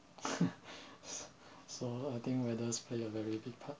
s~ so I think weathers play a very big part